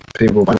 people